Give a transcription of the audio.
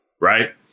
right